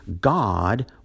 God